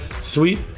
sweet